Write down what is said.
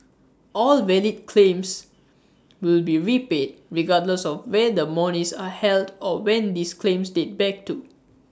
all valid claims will be repaid regardless of where the monies are held or when these claims date back to